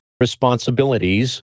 responsibilities